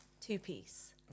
two-piece